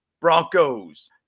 Broncos